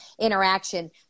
interaction